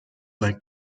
like